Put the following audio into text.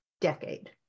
decade